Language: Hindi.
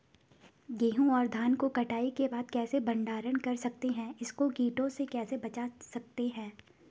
गेहूँ और धान को कटाई के बाद कैसे भंडारण कर सकते हैं इसको कीटों से कैसे बचा सकते हैं?